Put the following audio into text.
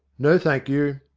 no thank you.